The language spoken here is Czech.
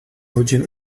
hodin